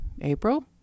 april